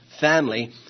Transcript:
family